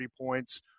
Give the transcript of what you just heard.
points